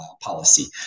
policy